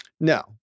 No